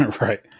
right